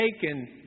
taken